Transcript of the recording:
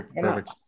Perfect